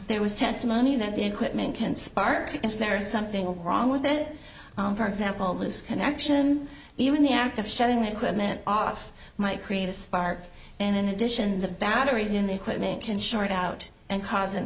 there was testimony that the equipment can spark if there is something wrong with it for example this connection even the act of shutting the equipment off might create a spark and in addition the batteries in the equipment can short out and cause an